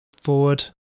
Forward